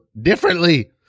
differently